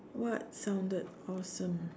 what sounded awesome